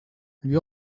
lui